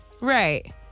Right